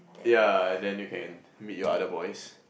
yeah and then you can meet your other boys